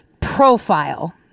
profile